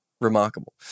remarkable